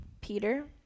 Peter